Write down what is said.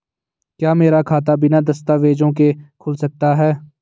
क्या मेरा खाता बिना दस्तावेज़ों के खुल सकता है?